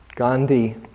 Gandhi